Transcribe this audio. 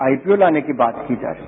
IPO लाने की बात की जा रही है